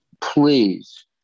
please